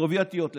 הסובייטיות לשעבר.